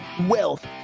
wealth